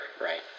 right